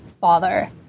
father